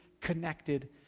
connected